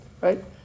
right